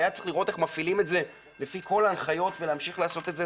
היה צריך לראות איך מפעילים את זה לפי כל ההנחיות ולהמשיך לעשות את זה.